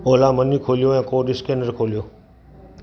Ola money खोलियो ऐं code scanner खोलियो